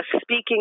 speaking